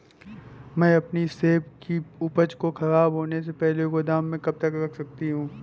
मैं अपनी सेब की उपज को ख़राब होने से पहले गोदाम में कब तक रख सकती हूँ?